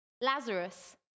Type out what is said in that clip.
Lazarus